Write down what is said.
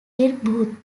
bhutto